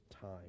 time